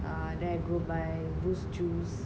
err then I go buy Boost juice